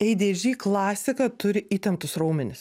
adhd klasika turi įtemptus raumenis